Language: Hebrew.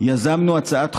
יזמנו הצעת חוק,